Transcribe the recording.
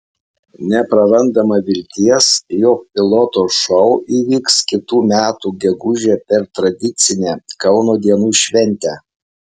neprarandama vilties jog piloto šou įvyks kitų metų gegužę per tradicinę kauno dienų šventę